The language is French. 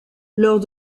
lors